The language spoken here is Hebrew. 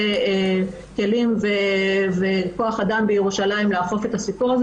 כלים וכוח אדם בירושלים לאכוף את זה,